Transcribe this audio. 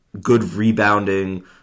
good-rebounding